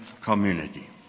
community